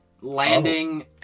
landing